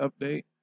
update